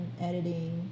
editing